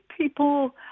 people